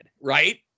right